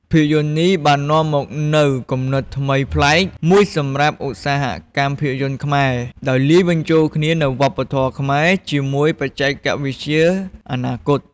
ភាពយន្តនេះបាននាំមកនូវគំនិតថ្មីប្លែកមួយសម្រាប់ឧស្សាហកម្មភាពយន្តខ្មែរ ដោយលាយបញ្ចូលគ្នានូវវប្បធម៌ខ្មែរជាមួយបច្ចេកវិទ្យាអនាគត ។